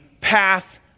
path